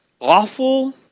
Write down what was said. awful